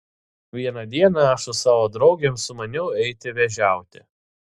vieną dieną aš su savo draugėm sumaniau eiti vėžiauti